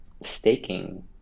staking